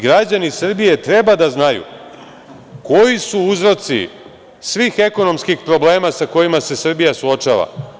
Građani Srbije treba da znaju koji su uzroci svih ekonomskih problema sa kojima se Srbija suočava.